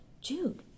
Jude